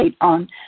on